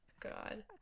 God